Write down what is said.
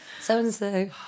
So-and-so